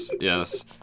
yes